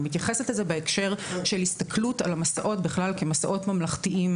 אני מתייחסת לזה בהקשר של הסתכלות על המסעות בכלל כמסעות ממלכתיים